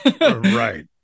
Right